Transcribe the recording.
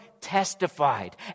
testified